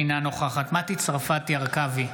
אינה נוכחת מטי צרפתי הרכבי,